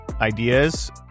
ideas